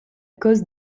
cause